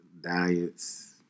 diets